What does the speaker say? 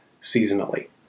seasonally